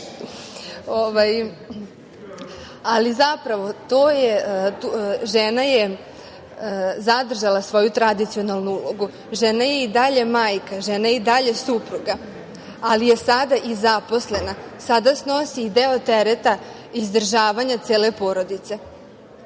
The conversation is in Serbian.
neću udati. Žena je zadržala svoju tradicionalnu ulogu. Žena je i dalje majka, žena je i dalje supruga, ali je sada i zaposlena, sada snosi i deo tereta izdržavanja cele porodice.